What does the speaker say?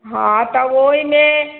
हँ तऽ ओहिमे